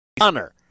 honor